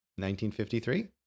1953